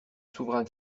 souverain